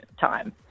time